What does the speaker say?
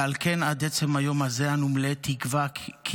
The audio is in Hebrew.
ועל כן עד עצם היום הזה אנו מלאי תקווה כי